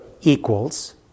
equals